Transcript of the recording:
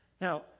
Now